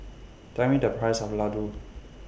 Tell Me The Price of Laddu